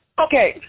Okay